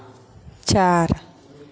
चार